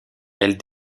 elles